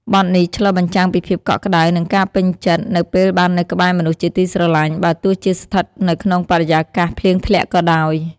បទនេះឆ្លុះបញ្ចាំងពីភាពកក់ក្តៅ និងការពេញចិត្តនៅពេលបាននៅក្បែរមនុស្សជាទីស្រឡាញ់ បើទោះជាស្ថិតនៅក្នុងបរិយាកាសភ្លៀងធ្លាក់ក៏ដោយ។